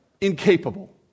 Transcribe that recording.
incapable